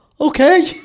okay